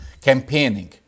campaigning